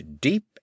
deep